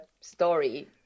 story